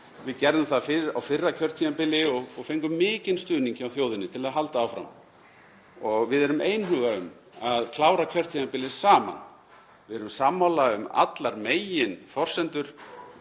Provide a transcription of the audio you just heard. Við gerðum það á fyrra kjörtímabili og fengum mikinn stuðning hjá þjóðinni til að halda áfram og við erum einhuga um að klára kjörtímabilið saman. Við erum sammála um allar meginforsendur